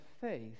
faith